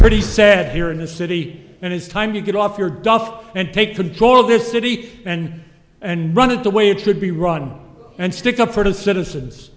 pretty sad here in the city and it's time to get off your duff and take control of this city and and run it the way it should be run and stick up for the citizens